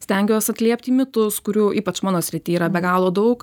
stengiuos atliept į mitus kurių ypač mano srity yra be galo daug